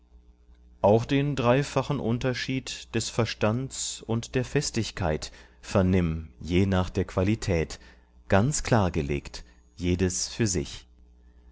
auch den dreifachen unterschied des verstands und der festigkeit vernimm je nach der qualität ganz klar gelegt jedes für sich